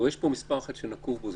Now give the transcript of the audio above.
יש פה מספר אחד שנקוב פה,